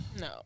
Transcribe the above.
No